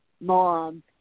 mom